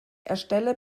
erstelle